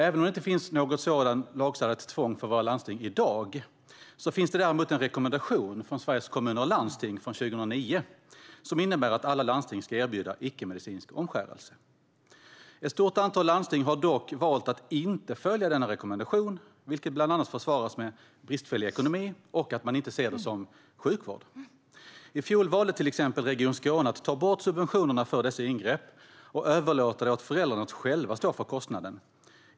Även om det inte finns något sådant lagstadgat tvång för våra landsting i dag finns det däremot en rekommendation från Sveriges Kommuner och Landsting från 2009 som innebär att alla landsting ska erbjuda icke-medicinsk omskärelse. Ett stort antal landsting har dock valt att inte följa denna rekommendation, vilket bland annat försvaras med bristfällig ekonomi och att man inte ser det som sjukvård. I fjol valde till exempel Region Skåne att ta bort subventionerna för dessa ingrepp och att överlåta åt föräldrarna att själva stå för kostnaden.